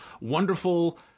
wonderful